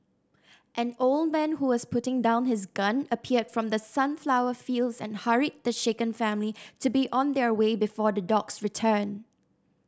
an old man who was putting down his gun appeared from the sunflower fields and hurried the shaken family to be on their way before the dogs return